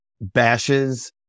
bashes